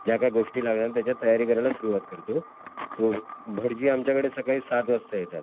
ज्या काय गोष्टी लागणार त्याच्या तयारी करायला सुरुवात करतो तो भटजी आमच्याकडे सकाळी सात वाजता येतात